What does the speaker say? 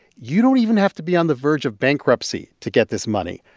you don't even have to be on the verge of bankruptcy to get this money.